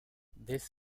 this